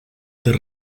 the